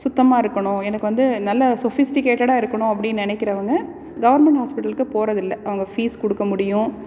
சுத்தமாக இருக்கணும் எனக்கு வந்து நல்ல சொஃபிஸ்டிகேட்டடாக இருக்கணும் அப்படின்னு நினைக்கிறவுங்க கவர்மெண்ட் ஹாஸ்பிட்டலுக்கு போறதில்லை அவங்க ஃபீஸ் கொடுக்க முடியும்